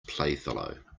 playfellow